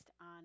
on